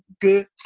good